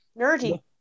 nerdy